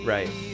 Right